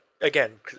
Again